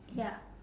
ya